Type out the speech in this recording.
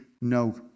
no